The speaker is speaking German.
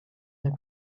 der